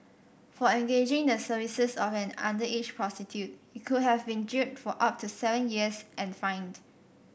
for engaging the services of an underage prostitute he could have been jailed for up to seven years and fined